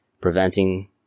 preventing